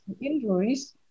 injuries